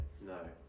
no